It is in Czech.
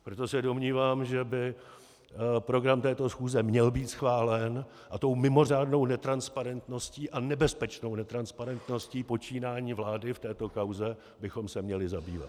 Proto se domnívám, že by program této schůze měl být schválen a tou mimořádnou netransparentností a nebezpečnou netransparentností počínání vlády v této kauze bychom se měli zabývat.